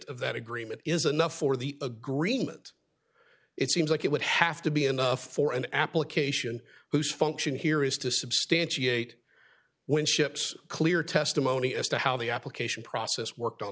of that agreement is enough for the agreement it seems like it would have to be enough for an application whose function here is to substantiate when ships clear testimony as to how the application process worked on